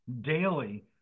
daily